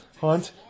Hunt